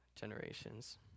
generations